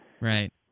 Right